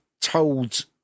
told